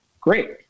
Great